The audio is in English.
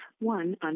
one